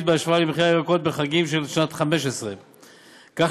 בהשוואה למחירי הירקות בחגים בשנת 2015. כך,